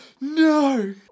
No